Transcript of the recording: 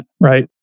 right